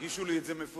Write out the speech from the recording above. הגישו לי את זה מפוזר,